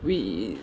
we